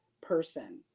person